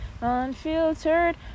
Unfiltered